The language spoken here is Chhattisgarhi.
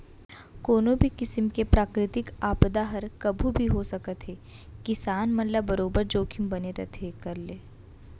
कोनो भी किसिम के प्राकृतिक आपदा हर कभू भी हो सकत हे किसान मन ल बरोबर जोखिम बने रहिथे एखर ले